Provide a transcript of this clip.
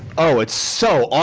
oh, it's so